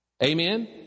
Amen